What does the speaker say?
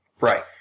Right